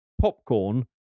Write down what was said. popcorn